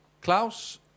Klaus